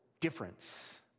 difference